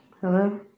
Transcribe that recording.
Hello